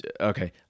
okay